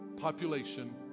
population